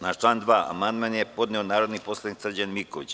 Na član 2. amandman je podneo narodni poslanik Srđan Miković.